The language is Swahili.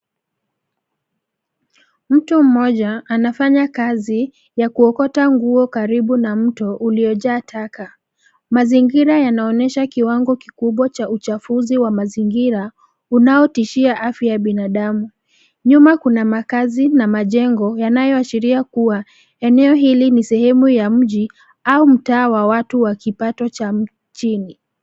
Mtu mmoja anafanya kazi ya kuokota nguo karibu na mto uliojaa taka. Mazingira yanaonyesha kiwango kikubwa cha uchafuzi wa mazingira unaotishia afya ya binadamu. Nyuma kuna makazi na majengo yanayoashiria kuwa, eneo hili ni sehemu ya mji au mtaa wa watu wa kipato cha chini.